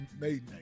maiden